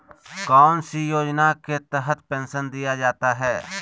कौन सी योजना के तहत पेंसन दिया जाता है?